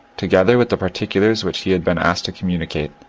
together with the particulars which he had been asked to communicate.